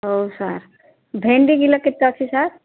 ହଉ ସାର୍ ଭେଣ୍ଡି କିଲୋ କେତେ ଅଛି ସାର୍